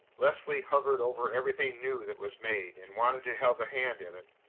leslie hovered over everything new that was made, and wanted to have a hand in it.